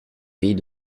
pays